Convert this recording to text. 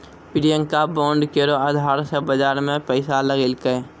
Priyanka bond केरो अधार से बाजार मे पैसा लगैलकै